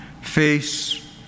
face